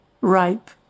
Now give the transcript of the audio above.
ripe